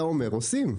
אתה אומר עושים.